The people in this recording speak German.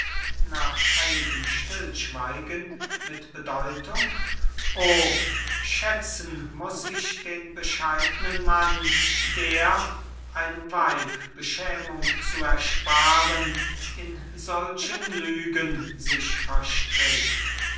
nach einigem stillschweigen mit bedeutung o schätzen muß ich den bescheidnen mann der einem weib beschämung zu ersparen in solchen lügen sich verstrickt